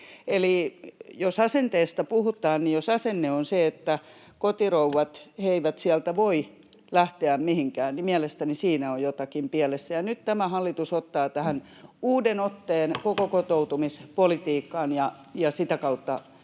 Eli jos asenteesta puhutaan, niin jos asenne on se, että kotirouvat eivät sieltä voi lähteä mihinkään, niin mielestäni siinä on jotakin pielessä. Nyt tämä hallitus ottaa uuden otteen koko kotoutumispolitiikkaan, ja sitä kautta